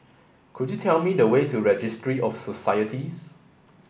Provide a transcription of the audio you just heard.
could you tell me the way to Registry of Societies